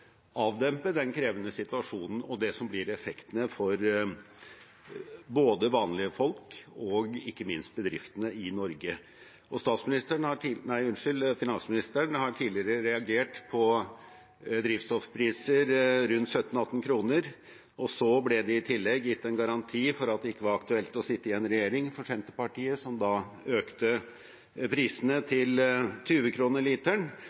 avdempe den krevende situasjonen og det som blir effektene for både vanlige folk og ikke minst bedriftene i Norge. Finansministeren har tidligere reagert på drivstoffpriser på rundt 17–18 kr, og det ble i tillegg gitt en garanti om at det ikke var aktuelt for Senterpartiet å sitte i en regjering som økte prisene til 20 kr literen.